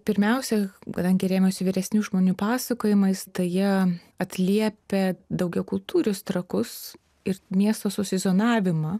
pirmiausia kadangi rėmiausi vyresnių žmonių pasakojimais tai jie atliepia daugiakultūrius trakus ir miesto susizonavimą